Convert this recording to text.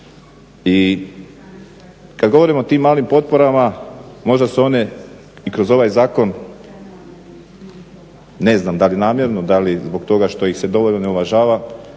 Kad govorimo o tim malim potporama možda su one i kroz ovaj zakon ne znam da li namjerno da li zbog toga što ih se dovoljno ne uvažava